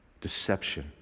deception